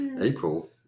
April